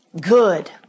good